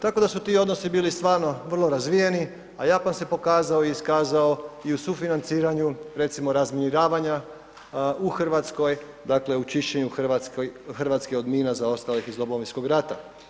Tako da su ti odnosi bili stvarno vrlo razvijeni a Japan se pokazao i iskazao i u sufinanciranju recimo razminiravanja u Hrvatskoj, dakle u čišćenju Hrvatske od mina zaostalih iz Domovinskog rata.